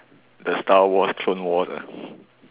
the star wars clone wars ah